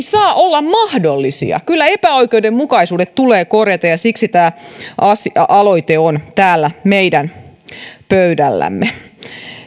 saa olla mahdollisia kyllä epäoikeudenmukaisuudet tulee korjata ja siksi tämä aloite on täällä meidän pöydällämme